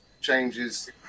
changes